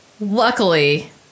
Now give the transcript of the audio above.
Luckily